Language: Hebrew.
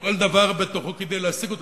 שכל דבר בתוכו כדי להשיג אותו,